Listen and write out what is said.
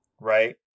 right